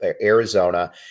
Arizona